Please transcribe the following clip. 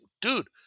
dude